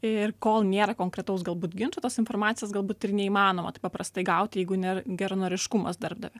ir kol nėra konkretaus galbūt ginčo tos informacijos galbūt ir neįmanoma taip paprastai gauti jeigu ne geranoriškumas darbdavio